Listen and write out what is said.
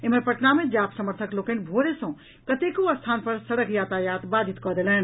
एम्हर पटना मे जाप समर्थक लोकनि भोरे सँ कतेको स्थान पर सड़क यातायात बाधित कऽ देलनि